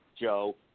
Joe